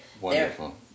Wonderful